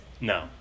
No